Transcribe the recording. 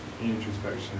Introspection